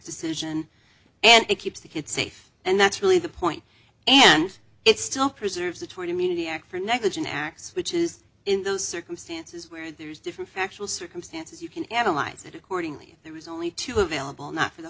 decision and it keeps the kid safe and that's really the point and it's still preserves the toward immunity act for next a generics which is in those circumstances where there's different factual circumstances you can ever light it accordingly there was only two available not for the